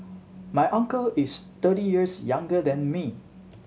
my uncle is thirty years younger than me